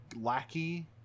lackey